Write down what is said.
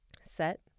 set